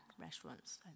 restaurants